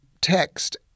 text